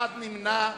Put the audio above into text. אחד נמנע.